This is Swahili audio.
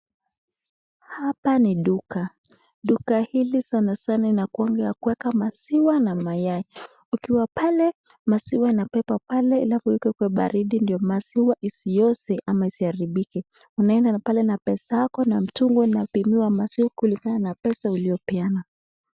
Hapa ni duka. Duka hili sana sana inakuanga ya kuweka maziwa na mayai. Ukiwa pale maziwa yanabebwa pale alafu yawekwe kua baridi ndio maziwa isioze ama isiharibike. Unaenda pale na pesa yako na mtungu unapimiwa maziwa kulingana na pesa uliyopeana.